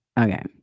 Okay